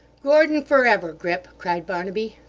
gordon for ever, grip cried barnaby.